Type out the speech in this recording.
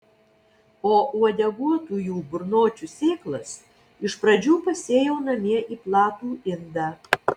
o uodeguotųjų burnočių sėklas iš pradžių pasėjau namie į platų indą